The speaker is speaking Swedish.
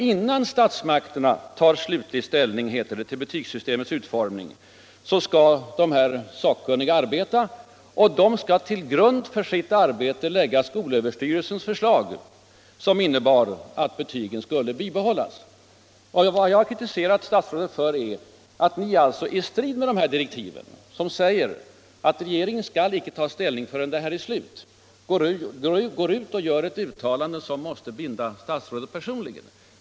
Innan statsmakterna tar slutlig ställning till betygssystemets utformning, heter det, skall de sakkunniga arbeta och till grund för sitt arbete lägga skolöverstyrelsens förslag som innebar att betygen skulle bibehållas. Vad jag har kritiserat statsrådet för är att ni i strid med direktiven, som säger att regeringen inte skall ta ställning förrän utredningen är färdig, gör ett uttalande som måste binda statsrådet personligen.